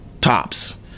tops